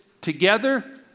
together